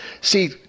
See